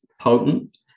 potent